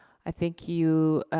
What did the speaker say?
i think you,